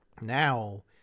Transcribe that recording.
now